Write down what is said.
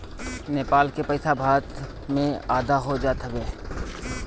नेपाल के पईसा भारत में आधा हो जात हवे